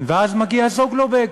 ואז מגיע "זוגלובק",